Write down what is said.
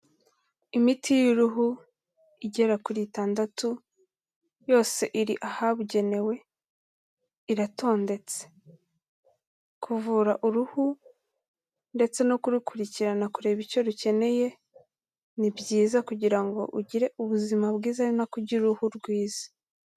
Imiti y'uruhu igera kuri itandatu, yose iri ahabugenewe, iratondetse. Kuvura uruhu ndetse no kurukurikirana kureba icyo rukeneye, ni byiza kugira ngo ugire ubuzima bwiza ari na ko ugira uruhu rwiza.